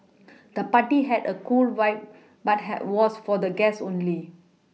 the party had a cool vibe but had was for guests only